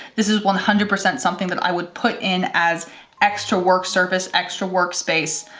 this is one hundred percent something that i would put in as extra work surface, extra workspace,